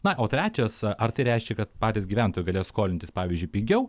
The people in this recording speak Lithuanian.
na o trečias ar tai reiškia kad patys gyventojai galės skolintis pavyzdžiui pigiau